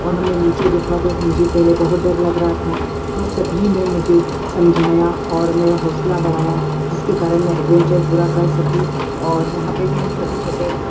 और हमने नीचे देखा तो मुझे पहले बहुत डर लग रहा था मर सभी ने मुझे समझाया और मेरा हौसला बढ़ाया जिसके कारण मैं एडवेंचर पूरा कर सकी और यहाँ पर भी हम छोटे छोटे